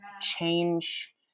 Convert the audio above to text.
change